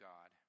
God